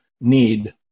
need